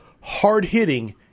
hard-hitting